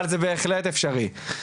אבל זה בהחלט אפשרי.